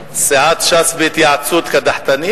סיעת ש"ס בהתייעצות קדחתנית?